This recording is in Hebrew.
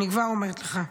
אני כבר אומרת לך.